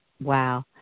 Wow